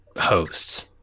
hosts